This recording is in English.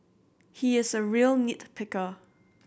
he is a real nit picker